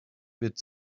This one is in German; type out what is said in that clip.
wird